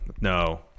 No